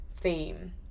theme